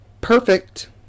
perfect